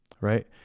right